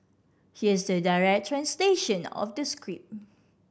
here's the direct translation of the script